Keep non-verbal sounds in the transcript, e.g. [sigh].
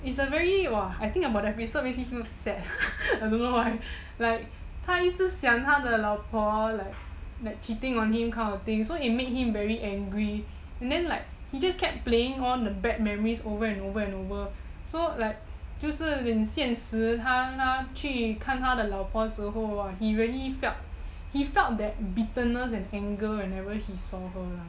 it's a very !wah! I think about the episode makes me feel sad [laughs] I don't know why like 他一直想他的老婆 like cheating on him kind of thing so it make him very angry and then like he keep like playing the bad memories over and over and over 就是现实他去看他老婆的时候 he felt that bitterness and anger when he saw her